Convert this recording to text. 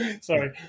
Sorry